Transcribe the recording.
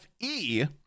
FE